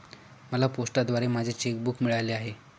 मला पोस्टाद्वारे माझे चेक बूक मिळाले आहे